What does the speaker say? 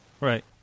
Right